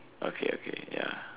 okay okay ya